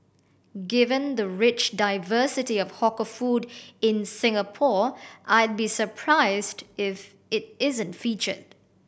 given the rich diversity of hawker food in Singapore I'd be surprised if it isn't featured